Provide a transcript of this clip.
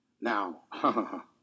Now